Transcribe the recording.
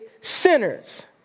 sinners